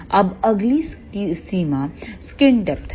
अब अगली सीमा स्क्रीन डेपथ है